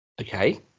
Okay